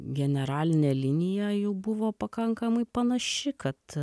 generalinė linija jų buvo pakankamai panaši kad